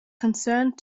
concerned